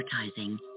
advertising